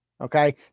Okay